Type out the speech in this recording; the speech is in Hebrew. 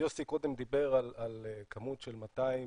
יוסי קודם דיבר על כמות של 270